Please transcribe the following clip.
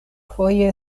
foje